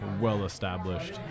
well-established